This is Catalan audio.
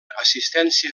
assistència